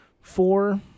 Four